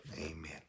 amen